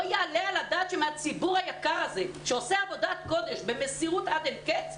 לא יעלה על הדעת שמהציבור היקר הזה שעושה עבודת קודש במסירות עד אין קץ,